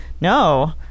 No